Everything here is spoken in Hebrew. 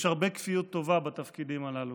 יש הרבה כפיות טובה בתפקידים הללו,